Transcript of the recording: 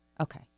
Okay